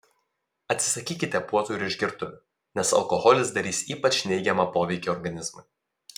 atsisakykite puotų ir išgertuvių nes alkoholis darys ypač neigiamą poveikį organizmui